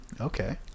Okay